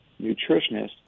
nutritionist